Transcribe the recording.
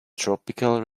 tropical